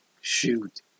shoot